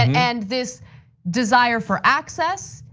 and this desire for access,